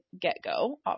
get-go